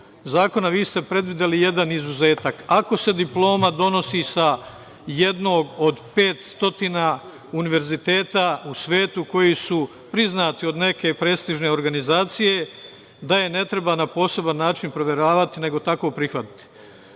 zakona vi ste predvideli jedan izuzetak. Ako se diploma donosi sa jednog od 500 univerziteta u svetu koji su priznati od neke prestižne organizacije ne treba je na poseban način proveravati nego je tako prihvatiti. Mi